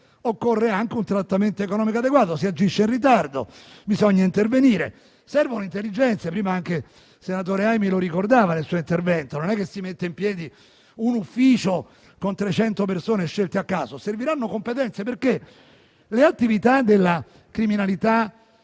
occorre anche un trattamento economico adeguato. Si agisce in ritardo e bisogna intervenire: servono intelligenze, come poc'anzi anche il senatore Aimi ricordava nel suo intervento; non si mette in piedi un ufficio con 300 persone scelte a caso, ma serviranno competenze, perché le attività della criminalità